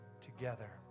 together